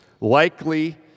Likely